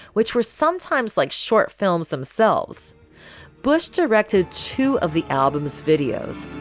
which were sometimes like short films themselves bush directed two of the album's videos